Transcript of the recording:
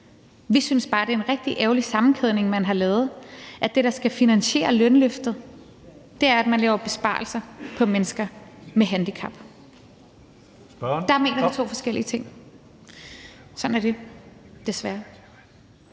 Vi synes bare, det er en rigtig ærgerlig sammenkædning, man har lavet, som betyder, at det, der skal finansiere lønløftet, er, at man laver besparelser på mennesker med handicap. Der har vi forskellige holdninger.